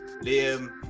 Liam